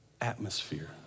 atmosphere